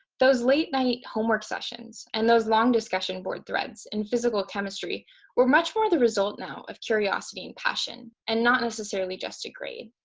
those late night homework sessions and those long discussion board threads in physical chemistry were much more the result now of curiosity and passion and not necessarily just a grade,